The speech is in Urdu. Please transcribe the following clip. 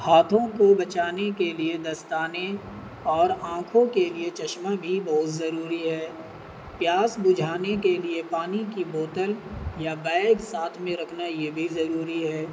ہاتھوں کو بچانے کے لیے دستانے اور آنکھوں کے لیے چشمہ بھی بہت ضروری ہے پیاز بجھانے کے لیے پانی کی بوتل یا بیگ ساتھ میں رکھنا یہ بھی ضروری ہے